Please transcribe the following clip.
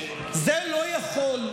זה לא יכול,